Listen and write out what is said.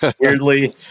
weirdly